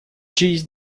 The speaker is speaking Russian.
через